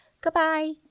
Goodbye